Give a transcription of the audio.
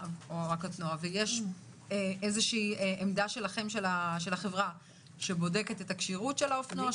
יש עמדה של החברה שבודקת את הכשירות של האופנוע?